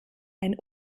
ein